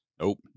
nope